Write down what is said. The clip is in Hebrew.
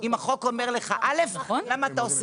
אם החוק אומר לך א' למה אתה עושה ב'?